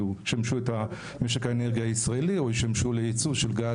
וישמשו את משק האנרגיה הישראלי או ישמשו לייצור של גז,